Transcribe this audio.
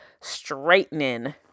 straightening